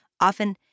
often